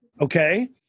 okay